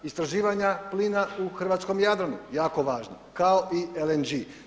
Istraživanja plina u hrvatskom Jadranu jako važna kao i LNG.